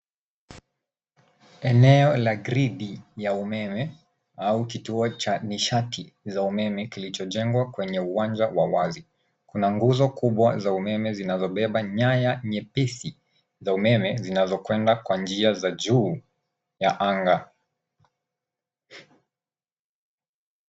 Eneo la grid ya umeme au kituo cha nishati za umeme kilicho jengwa kwenye uwanja wa wazi. Kuna nguzo kubwa za umeme zinazobeba nyanya nyepesi za umeme zinazo kwenda kwa njia za juu ya angaa.